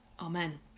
Amen